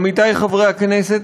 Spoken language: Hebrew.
עמיתי חברי הכנסת,